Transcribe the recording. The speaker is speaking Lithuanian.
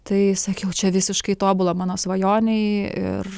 tai sakiau čia visiškai tobula mano svajonei ir